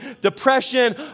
Depression